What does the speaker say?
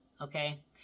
Okay